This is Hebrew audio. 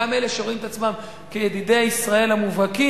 גם אלה שרואים את עצמם כידידי ישראל המובהקים,